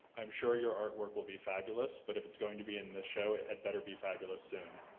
i'm sure your artwork will be fabulous, but if it's going to be in this show, it had better be fabulous soon.